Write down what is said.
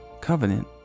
Covenant